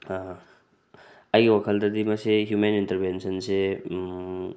ꯑꯩꯒꯤ ꯋꯥꯈꯜꯗꯗꯤ ꯃꯁꯤ ꯍ꯭ꯌꯨꯃꯦꯟ ꯏꯟꯇ꯭ꯔꯕꯦꯟꯁꯟꯁꯦ